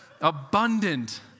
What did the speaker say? abundant